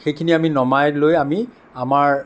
সেইখিনি আমি নমাই লৈ আমি আমাৰ